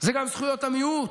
היא גם זכויות המיעוט,